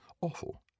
awful